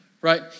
right